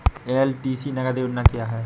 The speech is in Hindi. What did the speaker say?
एल.टी.सी नगद योजना क्या है?